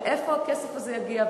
מאיפה הכסף הזה יגיע?